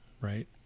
right